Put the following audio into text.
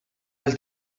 del